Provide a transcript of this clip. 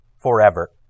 forever